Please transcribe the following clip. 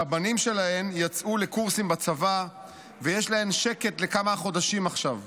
שהבנים שלהן יצאו לקורסים בצבא ויש להן שקט לכמה חודשים עכשיו.